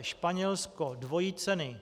Španělsko dvojí ceny.